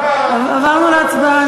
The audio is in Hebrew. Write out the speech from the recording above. עברנו להצבעה.